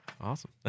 Awesome